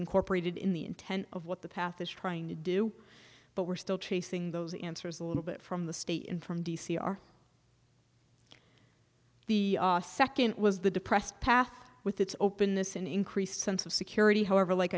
incorporated in the intent of what the path is trying to do but we're still chasing those answers a little bit from the state and from d c are the second was the depressed path with its openness an increased sense of security however like